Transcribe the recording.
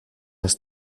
has